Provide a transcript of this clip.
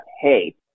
hey